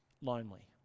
lonely